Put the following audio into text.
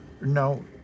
No